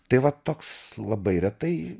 tai va toks labai retai